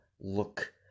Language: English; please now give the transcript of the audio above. look